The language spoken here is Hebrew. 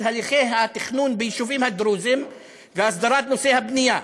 הליכי התכנון ביישובים הדרוזיים והסדרת נושא הבנייה.